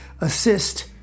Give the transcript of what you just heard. assist